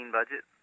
budget